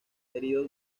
herido